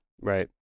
Right